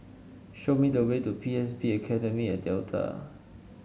show me the way to P S B Academy at Delta